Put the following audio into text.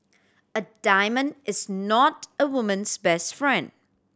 a diamond is not a woman's best friend